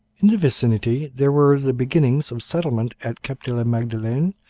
in the vicinity there were the beginnings of settlement at cap-de-la magdeleine,